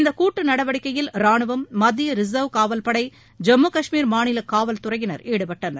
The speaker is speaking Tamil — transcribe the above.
இந்த கூட்டு நடவடிக்கையில் ரானுவம் மத்திய ரிசா்வ் காவல்படை ஜம்மு கஷ்மீர் மாநில காவல்துறையினர் ஈடுபட்டனர்